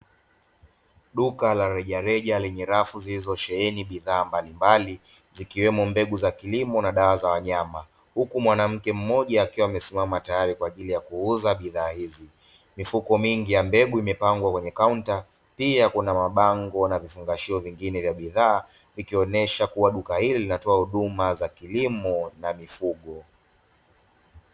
Duka la rejareja lenye rafu zilizosheheni bidhaa mbalimbali, zikiwemo mbegu za kilimo na dawa za wanyama, huku mwanamke mmoja akiwa amesimama tayari kwa ajili ya kuuza bidhaa hizi; mifuko mingi ya mbegu imepangwa kwenye kaunta, pia kuna mabango na vifungashio vingine vya bidhaa, vikionyesha kuwa duka hili linatoa huduma za kilimo na mifugo.